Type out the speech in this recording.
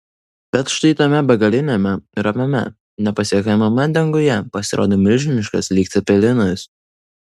bet štai tame begaliniame ramiame nepasiekiamame danguje pasirodo milžiniškas lyg cepelinas